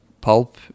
pulp